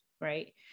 right